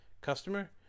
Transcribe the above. Customer